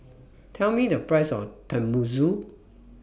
Tell Me The Price of Tenmusu